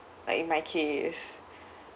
like in my case